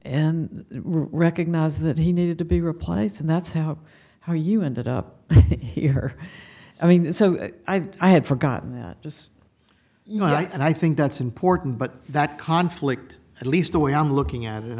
and recognize that he needed to be replaced and that's how how you ended up here i mean i had forgotten that just you know i think that's important but that conflict at least the way i'm looking at it and